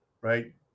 right